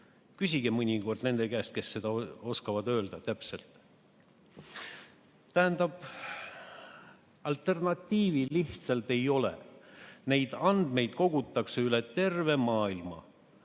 Küsige mõnikord nende käest, kes seda täpselt oskavad öelda. Tähendab, alternatiivi lihtsalt ei ole. Neid andmeid kogutakse üle terve maailma.